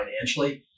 financially